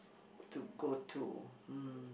to go to hmm